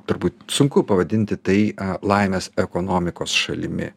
turbūt sunku pavadinti tai laimės ekonomikos šalimi